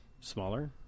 Smaller